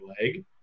leg